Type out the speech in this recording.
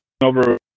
over